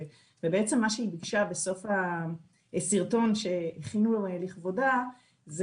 ובעצם מה שהיא ביקשה בסוף הסרטון שהכינו לכבודה זה